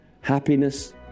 Happiness